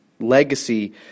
Legacy